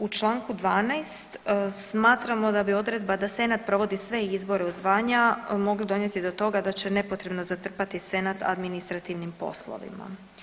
U članku 12. smatramo da bi odredba, da senat provodi sve izbore u zvanja mogu donijeti do toga da će nepotrebno zatrpati senat administrativnim poslovima.